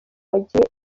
bagiye